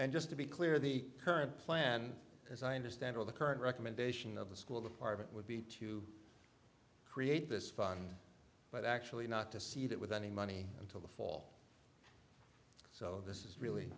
and just to be clear the current plan as i understand all the current recommendation of the school department would be to create this fund but actually not to see that with any money until the fall so this is really